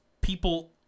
people